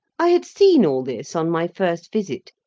i had seen all this on my first visit,